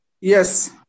Yes